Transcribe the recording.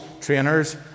trainers